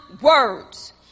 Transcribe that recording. words